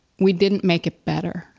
we didn't make it better.